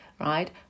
right